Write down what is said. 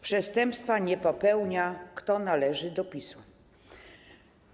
Przestępstwa nie popełnia ten, kto należy do PiS-u.